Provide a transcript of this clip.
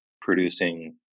producing